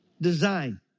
design